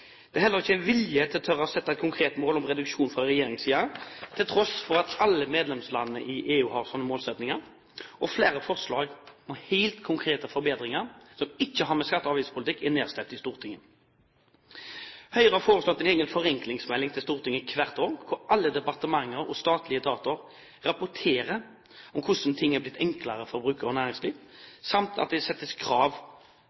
Det er heller ikke vilje til å tørre å sette et konkret mål om reduksjon fra regjeringens side, til tross for at alle medlemslandene i EU har slike målsettinger. Flere forslag om helt konkrete forbedringer som ikke har med skatte- og avgiftspolitikk å gjøre, er nedstemt i Stortinget. Høyre har foreslått en egen forenklingsmelding til Stortinget hvert år, der alle departementer og statlige etater rapporterer om hvordan ting er blitt enklere for brukere og